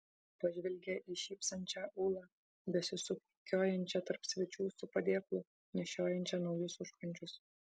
pažvelgė į šypsančią ūlą besisukiojančią tarp svečių su padėklu nešiojančią naujus užkandžius